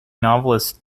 novelist